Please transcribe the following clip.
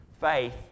faith